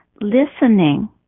listening